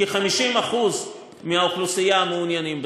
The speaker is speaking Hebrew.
כ-50% מהאוכלוסייה מעוניינים בזה,